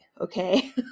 Okay